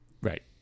right